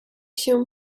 się